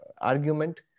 argument